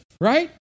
right